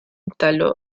instaló